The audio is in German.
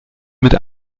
mit